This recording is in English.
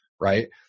right